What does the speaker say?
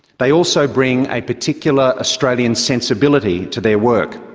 they also bring a particular australian sensibility to their work.